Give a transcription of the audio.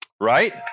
right